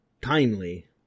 timely